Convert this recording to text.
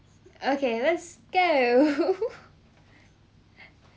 okay let's go